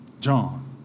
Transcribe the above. John